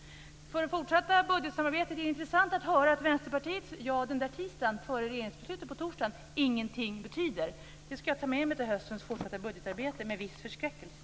Inför det fortsatt budgetsamarbetet är det intressant att höra att Vänsterpartiets ja den där tisdagen, före regeringsbeslutet på torsdagen, ingenting betyder. Det ska jag ta med mig till höstens fortsatta budgetarbete med viss förskräckelse.